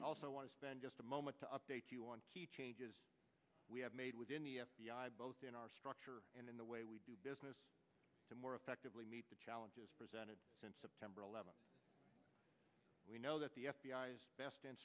i also want to spend just a moment to update you on key changes we have made within the f b i both in our structure and in the way we do business to more effectively meet the challenges presented since september eleventh we know that the f b i best